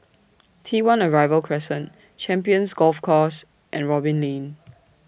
T one Arrival Crescent Champions Golf Course and Robin Lane